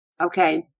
Okay